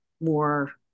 more